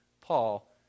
Paul